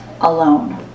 alone